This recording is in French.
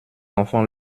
enfants